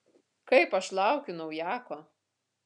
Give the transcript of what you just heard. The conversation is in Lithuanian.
kaip aš laukiu naujako